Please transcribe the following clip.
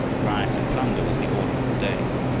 riot and plunder was the order of the day.